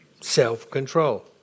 Self-control